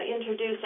introduce